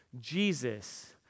Jesus